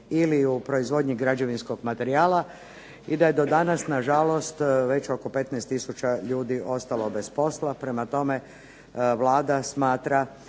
ili u proizvodnji građevinskog materijala i da je do danas nažalost već oko 15 tisuća ljudi ostalo bez posla. Prema tome, Vlada smatra